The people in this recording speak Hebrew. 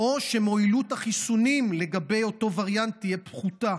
או שמועילות החיסונים לגבי אותו וריאנט תהיה פחותה